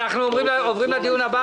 הישיבה נעולה.